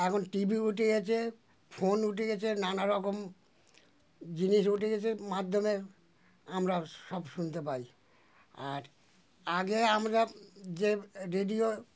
এখন টিভি উঠে গেছে ফোন উঠে গেছে নানারকম জিনিস উঠে গেছে মাধ্যমে আমরা সব শুনতে পাই আর আগে আমরা যে রেডিও